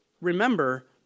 remember